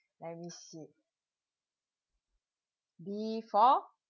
before